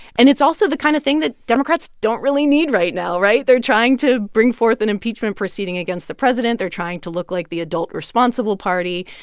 and it's also the kind of thing that democrats don't really need right now, right? they're trying to bring forth an impeachment proceeding against the president. they're trying to look like the adult, responsible party.